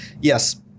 yes